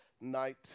night